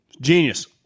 Genius